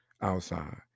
outside